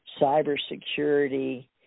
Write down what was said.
cybersecurity